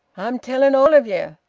i'm telling all of ye.